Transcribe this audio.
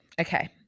okay